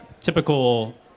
typical